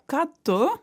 ką tu